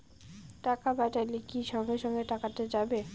টাকা পাঠাইলে কি সঙ্গে সঙ্গে টাকাটা যাবে?